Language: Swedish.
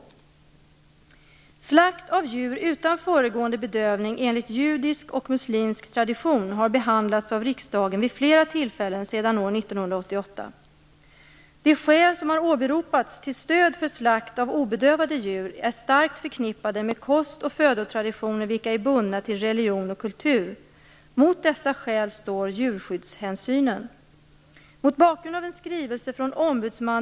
Slakt av djur utan föregående bedövning enligt judisk och muslimsk tradition har behandlats av riksdagen vid flera tillfällen sedan år 1988. De skäl som har åberopats till stöd för slakt av obedövade djur är starkt förknippade med kost och födotraditioner vilka är bundna till religion och kultur. Mot dessa skäl står djurskyddshänsynen.